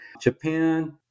Japan